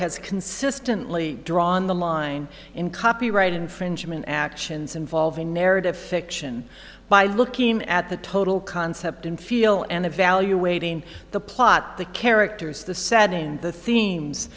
has consistently drawn the line in copyright infringement actions involving narrative fiction by looking at the total concept in feel and evaluating the plot the characters the set in the themes